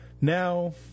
Now